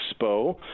Expo